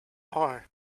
are